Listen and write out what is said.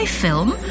film